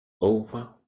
over